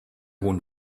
hohen